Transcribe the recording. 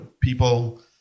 people